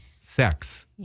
Sex